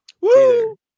Woo